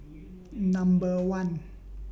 Number one